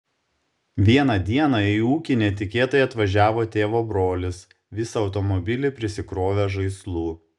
vieną dieną į ūkį netikėtai atvažiavo tėvo brolis visą automobilį prisikrovęs žaislų